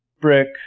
Brick